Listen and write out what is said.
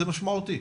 זה משמעותי.